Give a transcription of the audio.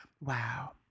Wow